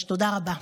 תודה רבה.